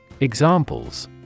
Examples